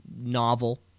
novel